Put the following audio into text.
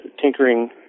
tinkering